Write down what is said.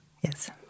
Yes